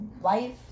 life